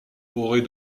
aurait